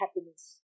happiness